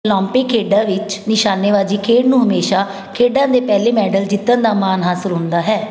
Olympic ਖੇਡਾਂ ਵਿੱਚ ਨਿਸ਼ਾਨੇਬਾਜ਼ੀ ਖੇਡ ਨੂੰ ਹਮੇਸ਼ਾ ਖੇਡਾਂ ਦੇ ਪਹਿਲੇ ਮੈਡਲ ਜਿੱਤਣ ਦਾ ਮਾਣ ਹਾਸਲ ਹੁੰਦਾ ਹੈ